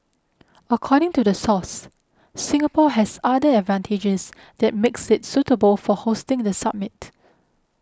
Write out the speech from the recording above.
according to the source Singapore has other advantages that makes it suitable for hosting the summit